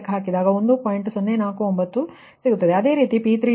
ಅದೇ ರೀತಿ P3 U 1